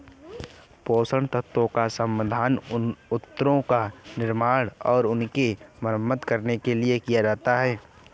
पोषक तत्वों का समाधान उत्तकों का निर्माण और उनकी मरम्मत के लिए किया जाता है